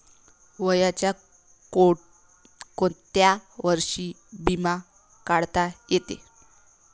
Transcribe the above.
वयाच्या कोंत्या वर्षी बिमा काढता येते?